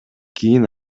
кийин